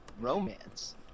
romance